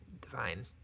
divine